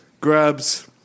grabs